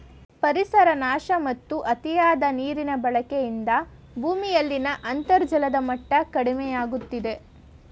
ಪರಿಸರ ನಾಶ ಮತ್ತು ಅತಿಯಾದ ನೀರಿನ ಬಳಕೆಯಿಂದ ಭೂಮಿಯಲ್ಲಿನ ಅಂತರ್ಜಲದ ಮಟ್ಟ ಕಡಿಮೆಯಾಗುತ್ತಿದೆ